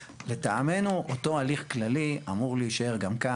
לטעמנו, אותו הליך כללי אמור להישאר גם כאן.